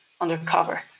undercover